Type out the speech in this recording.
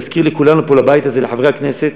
נזכיר לכולנו פה, לבית הזה, לחברי הכנסת,